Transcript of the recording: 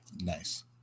nice